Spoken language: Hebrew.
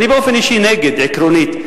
אני באופן אישי נגד, עקרונית.